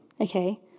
okay